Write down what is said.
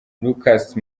lucas